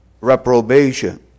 reprobation